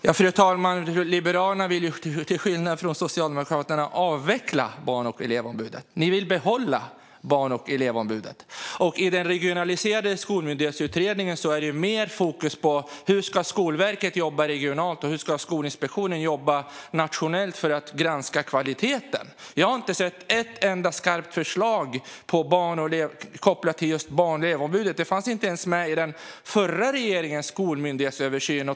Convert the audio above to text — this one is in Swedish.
Herr talman! Liberalerna vill till skillnad från Socialdemokraterna avveckla Barn och elevombudet. Ni vill behålla Barn och elevombudet. I utredningen om regionalisering av skolmyndigheter är det mer fokus på hur Skolverket ska jobba regionalt och hur Skolinspektionen ska jobba nationellt för att granska kvaliteten. Jag har inte sett ett enda skarpt förslag kopplat till just Barn och elevombudet. Det fanns inte ens med i den förra regeringens skolmyndighetsöversyn.